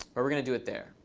but we're going to do it there.